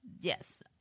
Yes